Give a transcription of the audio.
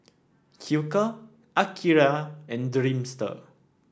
Hilker Akira and Dreamster